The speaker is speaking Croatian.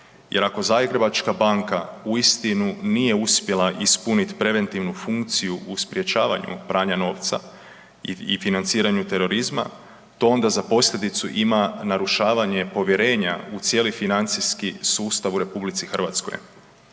jer ako Zagrebačka banka uistinu nije uspjela ispunit preventivnu funkciju u sprječavanju u pranja novca i financiranju terorizma, to onda za posljedicu ima narušavanje povjerenja u cijeli financijski sustav u RH. To su pitanja